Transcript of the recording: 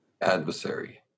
adversary